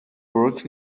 بروک